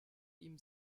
ihm